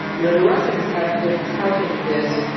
you know the russians have been touting this.